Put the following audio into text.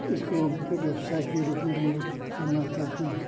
इसको भी व्यवसाय के रूप में हम लोग करना चाहते हैं